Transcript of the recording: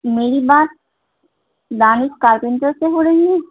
میری بات دانش کارپینٹر سے ہو رہی ہیں